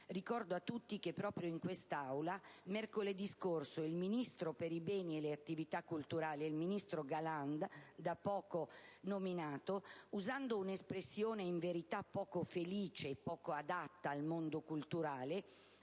Ricordo a tutti che proprio in quest'Aula, mercoledì scorso, il ministro per i beni e le attività culturali Galan, da poco nominato, usando una espressione in verità poco felice e poco adatta al mondo culturale,